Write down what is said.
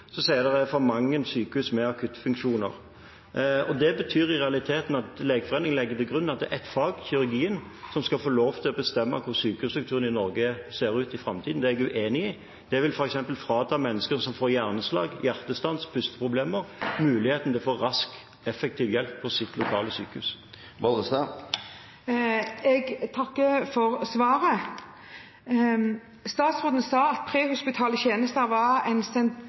er for mange sykehus med akuttfunksjoner. Det betyr i realiteten at Legeforeningen legger til grunn at det er ett fag, kirurgien, som skal få lov til å bestemme hvordan sykehusstrukturen i Norge skal se ut i framtiden. Det er jeg uenig i. Det vil f.eks. frata mennesker som får hjerneslag, hjertestans eller pusteproblemer muligheten til å få rask og effektiv hjelp på sitt lokale sykehus. Jeg takker for svaret. Statsråden sa at prehospitale tjenester er en